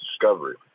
discovery